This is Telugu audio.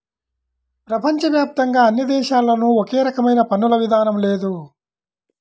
ప్రపంచ వ్యాప్తంగా అన్ని దేశాల్లోనూ ఒకే రకమైన పన్నుల విధానం లేదు